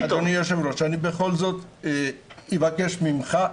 אדוני היושב-ראש, אני בכל זאת מבקש ממך.